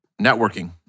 Networking